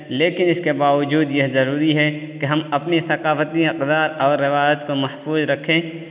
لیکن اس کے با وجود یہ ضروری ہے کہ ہم اپنی ثقافتی اقدار اور روایت کو محفوظ رکھیں